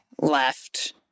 left